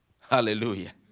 Hallelujah